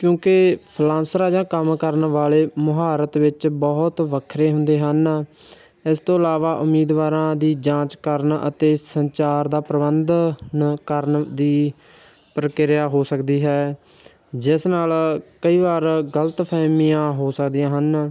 ਕਿਉਂਕਿ ਫਲਾਂਸਰਾਂ ਜਾਂ ਕੰਮ ਕਰਨ ਵਾਲੇ ਮੁਹਾਰਤ ਵਿੱਚ ਬਹੁਤ ਵੱਖਰੇ ਹੁੰਦੇ ਹਨ ਇਸ ਤੋਂ ਇਲਾਵਾ ਉਮੀਦਵਾਰਾਂ ਦੀ ਜਾਂਚ ਕਰਨ ਅਤੇ ਸੰਚਾਰ ਦਾ ਪ੍ਰਬੰਧਨ ਕਰਨ ਦੀ ਪ੍ਰਕਿਰਿਆ ਹੋ ਸਕਦੀ ਹੈ ਜਿਸ ਨਾਲ ਕਈ ਵਾਰ ਗਲਤਫਹਿਮੀਆਂ ਹੋ ਸਕਦੀਆਂ ਹਨ